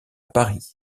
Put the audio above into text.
paris